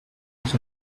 was